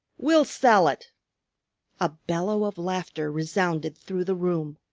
we'll sell it a bellow of laughter resounded through the room.